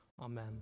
Amen